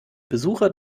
besucher